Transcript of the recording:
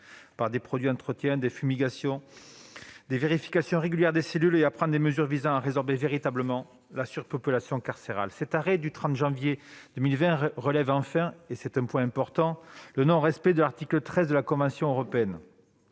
des produits d'entretien, des fumigations et en procédant à des vérifications régulières des cellules, ainsi qu'à prendre des mesures visant à résorber véritablement la surpopulation carcérale. Cet arrêt de condamnation du 30 janvier 2020 relève enfin, et c'est là un point important, le non-respect de l'article 13 de la Convention européenne,